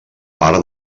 part